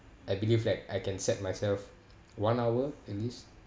I believe that I can set myself one hour at least